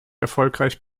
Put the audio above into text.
erfolgreich